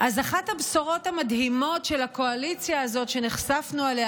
אז אחת הבשורות המדהימות של הקואליציה הזאת שנחשפנו אליה